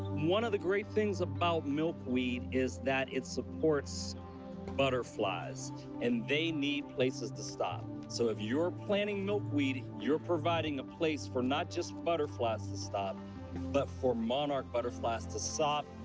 one of the great things about milkweed is that it supports butterflies and they need places to stop. so, if you are planting milkweed you are providing a place for not just butterflies to stop but for monarch butterflies to stop,